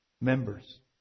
members